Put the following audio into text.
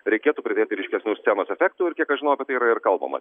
reikėtų pridėti ryškesnius scenos efektų ir kiek aš žinau apie tai yra ir kalbama